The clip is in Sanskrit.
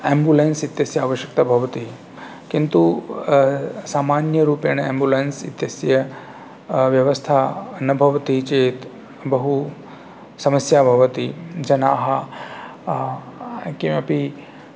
एम्बुलेन्स् इत्यस्य आवश्यकता भवति किन्तु सामान्यरूपेण एम्बुलेन्स् इत्यस्य व्यवस्था न भवति चेत् बहु समस्या भवति जनाः किमपि